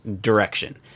direction